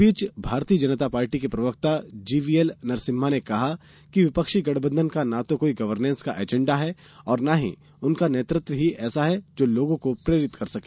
इस बीच भारतीय जनता पार्टी के प्रवक्ता जीवीएल नरसिम्हा ने कहा कि विपक्षी गठबंधन का न तो कोई गवर्नेस का एजेंडा है और न ही उनका नेतृत्व ही ऐसा है जो लोगों को प्रेरित कर सके